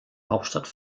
hauptstadt